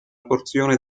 porzione